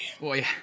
Boy